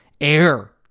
air